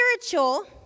spiritual